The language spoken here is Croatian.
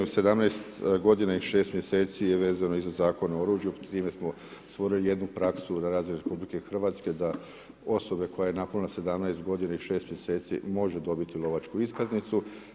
17 godina i 6 mjeseci je vezano i za Zakon o oružju, s time smo stvorili jednu praksu na razini RH da osoba koja je napunila17 godina i 6 mjeseci može dobiti lovačku iskaznicu.